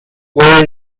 what